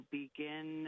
begin